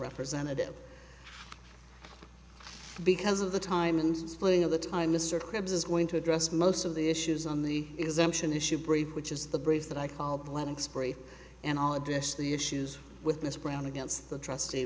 representative because of the time and splitting of the time mr cripps is going to address most of the issues on the exemption issue brief which is the breeze that i call blending spree and all address the issues with mr brown against the trustee